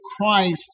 Christ